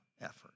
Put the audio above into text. effort